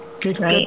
Good